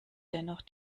dennoch